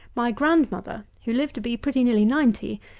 my grandmother, who lived to be pretty nearly ninety,